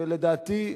לדעתי,